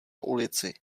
ulici